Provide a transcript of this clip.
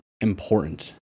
important